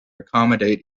accommodate